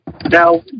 Now